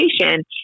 education